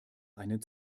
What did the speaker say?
einen